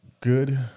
good